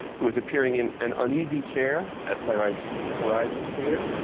who is appearing in an uneasy chair, at playwrights horizons theatre,